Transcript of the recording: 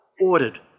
ordered